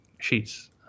sheets